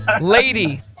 lady